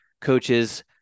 coaches